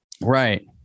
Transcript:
right